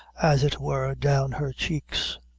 as it were, down her cheeks.